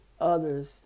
others